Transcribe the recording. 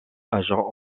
agents